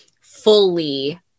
fully